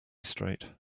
straight